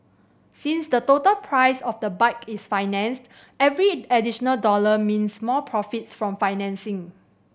since the total price of the bike is financed every additional dollar means more profits from financing